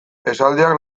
esaldiak